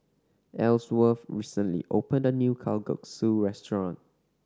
Elsworth recently opened a new Kalguksu restaurant